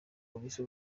polisi